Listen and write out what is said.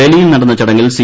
ഡൽഹിയിൽ നടന്ന ചടങ്ങിൽ സി